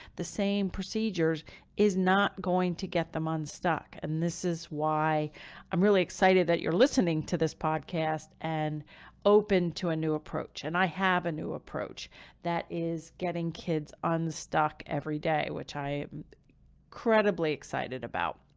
the same procedures is not going to get them unstuck. and this is why i'm really excited that you're listening to this podcast and open to a new approach. and i have a new approach that is getting kids unstuck every day, which i am credibly excited about.